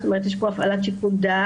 זאת אומרת יש פה הפעלת שיקול דעת,